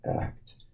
act